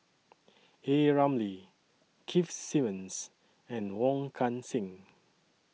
A Ramli Keith Simmons and Wong Kan Seng